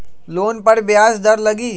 Loan पर ब्याज दर लगी?